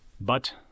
But